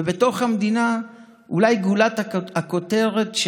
ובתוך המדינה אולי גולת הכותרת,